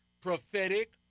Prophetic